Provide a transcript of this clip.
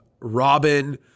Robin